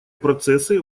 процессы